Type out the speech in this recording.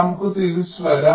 നമുക്ക് തിരിച്ചു വരാം